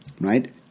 right